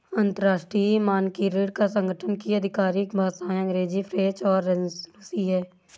अंतर्राष्ट्रीय मानकीकरण संगठन की आधिकारिक भाषाएं अंग्रेजी फ्रेंच और रुसी हैं